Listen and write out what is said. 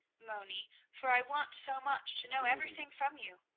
moni, for i want so much to know everything from you.